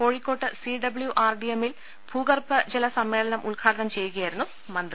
കോഴിക്കോട് സിഡബ്ല്യൂആർഡിഎമ്മിൽ ഭൂഗർഭജല സമ്മേളനം ഉദ്ഘാടനം ചെയ്യുകയായിരുന്നു മന്ത്രി